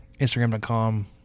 instagram.com